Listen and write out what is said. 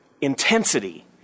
intensity